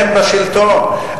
אתם בשלטון.